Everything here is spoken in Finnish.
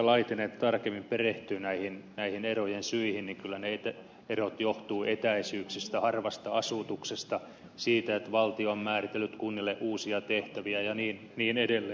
laitinen tarkemmin perehtyy näihin erojen syihin niin kyllä ne erot johtuvat etäisyyksistä harvasta asutuksesta siitä että valtio on määritellyt kunnille uusia tehtäviä ja niin edelleen